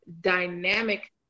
dynamic